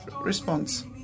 Response